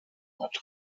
hat